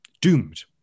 doomed